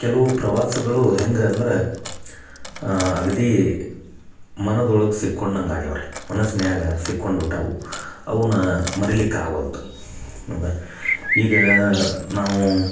ಕೆಲವು ಪ್ರವಾಸಗಳು ಹೇಗಂದ್ರ ಅಗ್ದಿ ಮನದೊಳಗ ಸಿಕ್ಕೊಂಡಂಗ ಆಗ್ಯಾವ ರೀ ಮನಸಿನ್ಯಾಗ ಸಿಕ್ಕೊಂಡು ಬಿಟ್ಟಾವು ಅವುನ ಮರಿಲಿಕ್ಕೆ ಆಗ್ವಲ್ದು ಹೌದ ಈಗ ನಾವು